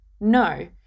No